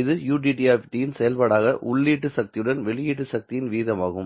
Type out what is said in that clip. இது ud இன் செயல்பாடாக உள்ளீட்டு சக்தியுடன் வெளியீட்டு சக்தியின் விகிதமாகும்